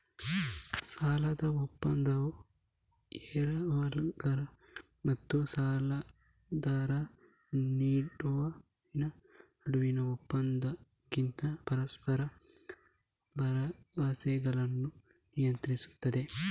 ಸಾಲದ ಒಪ್ಪಂದವು ಎರವಲುಗಾರ ಮತ್ತು ಸಾಲದಾತರ ನಡುವಿನ ಒಪ್ಪಂದವಾಗಿದ್ದು ಪರಸ್ಪರ ಭರವಸೆಗಳನ್ನು ನಿಯಂತ್ರಿಸುತ್ತದೆ